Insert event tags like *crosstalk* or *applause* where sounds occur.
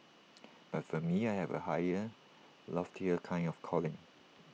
*noise* but for me I have A higher loftier A kind of calling